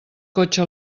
cotxe